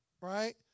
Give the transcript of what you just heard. right